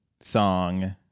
song